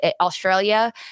Australia